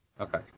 Okay